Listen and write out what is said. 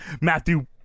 Matthew